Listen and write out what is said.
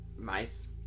mice